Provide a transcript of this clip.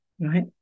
Right